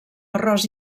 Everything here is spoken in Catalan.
arròs